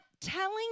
telling